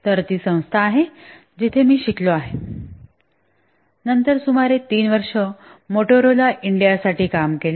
तर ती संस्था आहे जिथे मी शिकलो आहे आणि नंतर सुमारे 3 वर्षे मोटोरोला इंडिया साठी काम केले